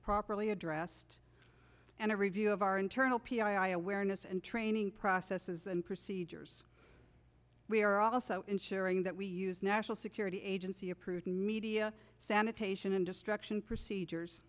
properly addressed and a review of our internal p i o awareness and training processes and procedures we are also ensuring that we use national security agency approved media sanitation and destruction procedures